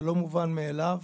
זה לא מובן מאליו.